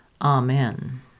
Amen